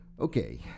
Okay